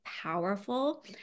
powerful